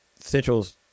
Central's